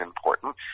important